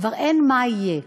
כבר אין "מה יהיה",